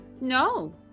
No